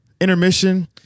intermission